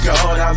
God